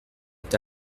est